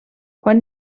quan